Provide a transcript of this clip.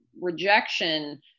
rejection